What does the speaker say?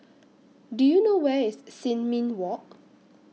Do YOU know Where IS Sin Ming Walk